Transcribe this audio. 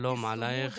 שלום עלייך.